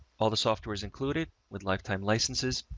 all the software is included with lifetime licenses.